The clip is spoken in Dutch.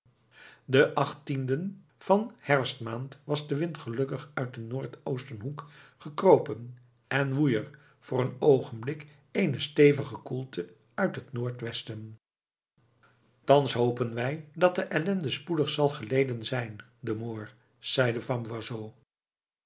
den achttienden van herfstmaand was de wind gelukkig uit den noordoosten hoek gekropen en woei er voor een oogenblik eene stevige koelte uit het noordwesten thans hopen wij dat de ellende spoedig zal geleden zijn de moor zeide van